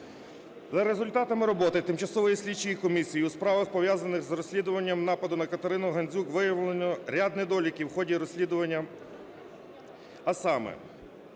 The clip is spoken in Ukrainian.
За результатами роботи тимчасової слідчої комісії у справах, пов'язаних з розслідуванням нападу на Катерину Гандзюк, виявлено ряд недоліків в ході розслідування. А саме: